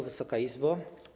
Wysoka Izbo!